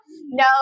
No